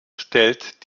stellt